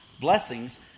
blessings